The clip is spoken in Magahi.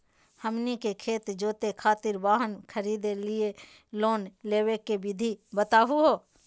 हमनी के खेत जोते खातीर वाहन खरीदे लिये लोन लेवे के विधि बताही हो?